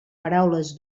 paraules